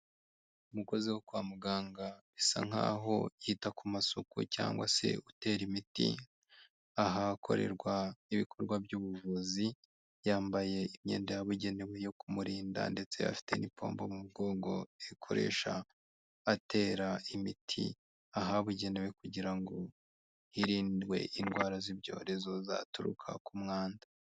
Umukozi wo kwa muganga, bisa nkaho yita ku masuku cyangwa se utera imiti, ahakorerwa ibikorwa by'ubuvuzi, yambaye imyenda yabugenewe yo kumurinda, ndetse afite n'ipombo mu mugongo akoresha atera imiti ahabugenewe, kugira ngo hirindwe indwara z'ibyorezo, zaturuka ku mwanda.